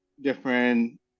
different